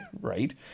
right